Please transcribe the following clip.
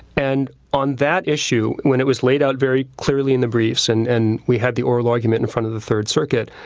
and on that issue, when it was laid out very clearly in the briefs and and we had the oral argument in front of the third circuit.